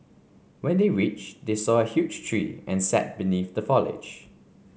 when they reached they saw a huge tree and sat beneath the foliage